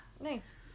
Nice